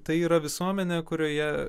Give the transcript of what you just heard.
tai yra visuomenė kurioje